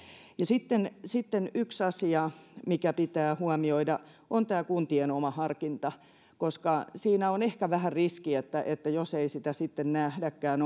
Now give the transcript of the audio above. sitten sitten yksi asia mikä pitää huomioida on tämä kuntien oma harkinta koska siinä on ehkä vähän riskinä se jos ei sitä sitten nähdäkään